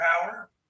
power